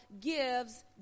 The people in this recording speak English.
gives